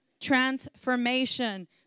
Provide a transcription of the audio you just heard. transformation